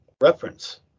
reference